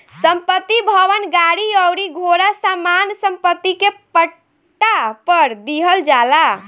संपत्ति, भवन, गाड़ी अउरी घोड़ा सामान्य सम्पत्ति के पट्टा पर दीहल जाला